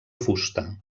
fusta